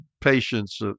patience